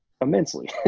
immensely